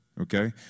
Okay